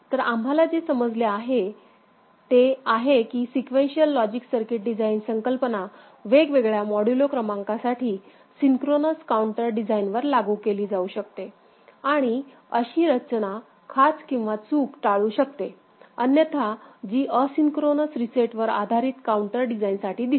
तर आम्हाला जे समजले आहे ते आहे की सीक्वेनशिअल लॉजिक सर्किट डिझाइन संकल्पना वेगवेगळ्या मोड्यूलो क्रमांकासाठी सिंक्रोनस काउंटर डिझाइनवर लागू केली जाऊ शकते आणि अशी रचना खाच किंवा चूक टाळू शकते अन्यथा जी असिंक्रोनस रीसेटवर आधारित काउंटर डिझाइनसाठी दिसते